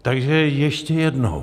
Takže ještě jednou.